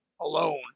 alone